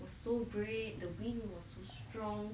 was so great the wind was too strong